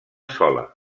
sola